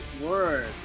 word